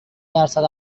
درصد